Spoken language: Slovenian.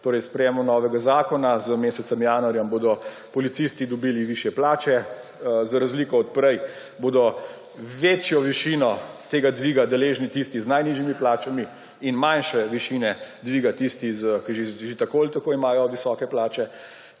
sprejetjem novega zakona bodo z mesecem januarjem policisti dobili višje plače, za razliko od prej bodo večje višine tega dviga deležni tisti z najnižjimi plačami in manjše višine dviga tisti, ki že tako ali tako imajo visoke plače.